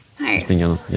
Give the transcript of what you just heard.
Nice